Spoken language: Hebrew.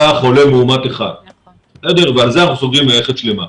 לא היה בהם חולה מאומת אחד ועל זה אנחנו סוגרים מערכת שלמה.